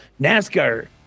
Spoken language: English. NASCAR